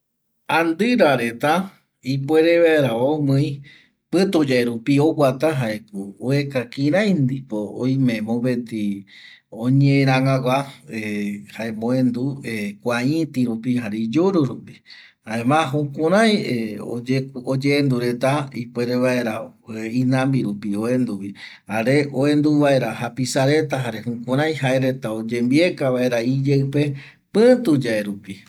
Andƚra reta ipuere vaera omƚi pƚtu yae rupi oguata jaeko oeka kirai ndipo oñerangagua jae oendu kua ïti rüpi jare iyuru rupi jaema jukurai oyendu reta ipuere vaera inambi rupi oenduvi ñe jare oendu vaera japisa reta jare jare jukurai jaereta oyembieka vaera iyeƚpe pƚtu yae rupi